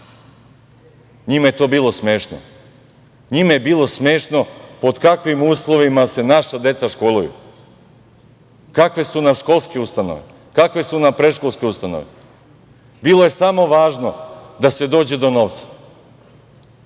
Njima je to bilo smešno. Njima je bilo smešno pod kakvim uslovima se naša deca školuju, kakve su nam školske ustanove, kakve su nam predškolske ustanove. Bilo je samo važno da se dođe do novca. Ja